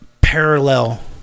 parallel